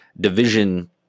Division